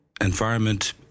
environment